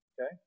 okay